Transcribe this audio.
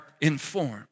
informed